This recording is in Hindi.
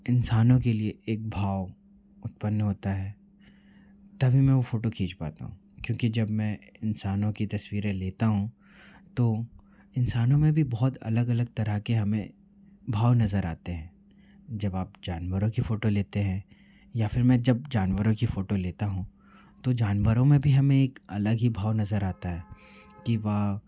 इंसानों के लिए एक भाव उत्पन्न होता है तभी मैं वह फ़ोटो खींच पाता हूँ क्योंकि जब मैं इंसानों की तस्वीरें लेता हूँ तो इंसानों में भी बहुत अलग अलग तरह के हमें भाव नज़र आते हैं जब आप जानवरों की फ़ोटो लेते हैं या फिर मैं जब जानवरों की फ़ोटो लेता हूँ तो जानवरों में भी हमें एक अलग ही भाव नज़र आता है कि वह